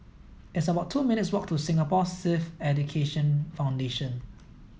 it's about two minutes' walk to Singapore Sikh Education Foundation